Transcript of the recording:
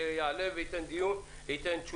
שיעלה וייתן תשובה.